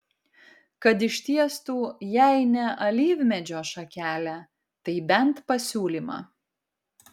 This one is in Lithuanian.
kad ištiestų jei ne alyvmedžio šakelę tai bent pasiūlymą